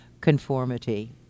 conformity